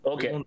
Okay